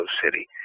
City